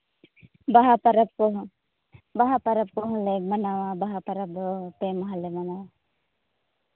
ᱵᱟᱦᱟ ᱯᱚᱨᱚᱵᱽ ᱠᱚᱦᱚᱸ ᱵᱟᱦᱟ ᱯᱚᱨᱚᱵᱽ ᱠᱚᱦᱚᱸ ᱞᱮ ᱢᱟᱱᱟᱣᱟ ᱵᱟᱦᱟ ᱯᱚᱨᱚᱵᱽ ᱫᱚ ᱯᱮ ᱢᱟᱦᱟ ᱞᱮ ᱢᱟᱱᱟᱣᱟ